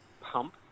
pump